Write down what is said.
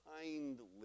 kindly